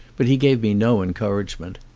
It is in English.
but he gave me no encouragement.